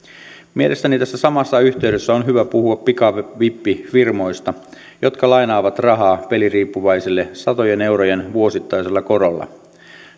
mielestäni tässä samassa yhteydessä on hyvä puhua pikavippifirmoista jotka lainaavat rahaa peliriippuvaisille satojen eurojen vuosittaisella korolla